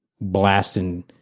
blasting